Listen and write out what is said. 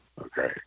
okay